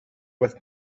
with